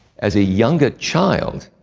as a younger child,